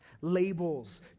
Labels